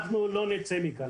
אנחנו לא נצא מכאן.